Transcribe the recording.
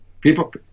People